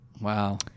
Wow